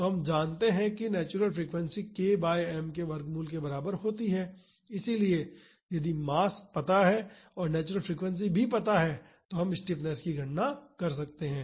तो हम जानते हैं कि नेचुरल फ्रीक्वेंसी k बाई m के वर्गमूल के बराबर होती है इसलिए यदि मास ज्ञात हो और नेचुरल फ्रीक्वेंसी भी ज्ञात हो तो हम स्टिफनेस की गणना कर सकते हैं